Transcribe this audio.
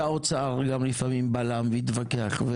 והאוצר גם לפעמים בלם והתווכח,